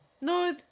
No